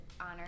honor